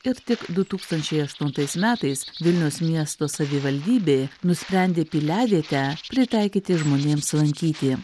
ir tik du tūkstančiai aštuntais metais vilniaus miesto savivaldybė nusprendė piliavietę pritaikyti žmonėms lankyti